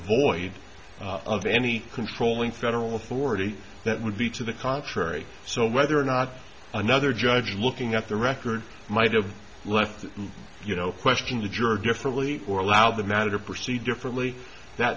void of any controlling federal authority that would be to the contrary so whether or not another judge looking at the record might have left you know question the juror differently or allow the matter proceed differently